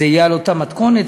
זה יהיה באותה מתכונת,